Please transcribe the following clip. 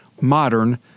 modern